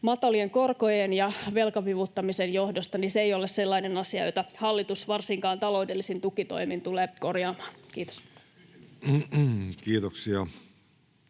matalien korkojen ja velkavivuttamisen johdosta, ei ole sellainen asia, jota hallitus varsinkaan taloudellisin tukitoimin tulee korjaamaan. — Kiitos.